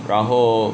然后